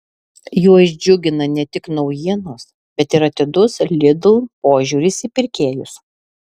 juos džiugina ne tik naujienos bet ir atidus lidl požiūris į pirkėjus